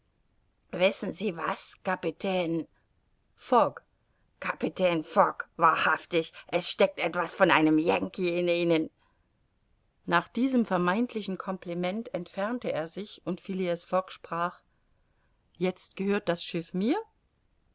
wissen sie was kapitän fogg kapitän fogg wahrhaftig es steckt etwas von einem yankee in ihnen nach diesem vermeintlichen compliment entfernte er sich und phileas fogg sprach jetzt gehört das schiff mir